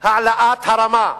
העלאת הרמה,